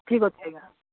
ଠିକ୍ ଅଛି ଆଜ୍ଞା